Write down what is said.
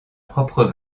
propre